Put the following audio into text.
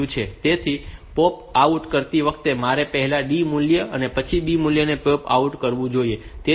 તેથી POP out કરતી વખતે મારે પહેલા આ D મૂલ્ય અને પછી B મૂલ્યને POP out કરવું જોઈએ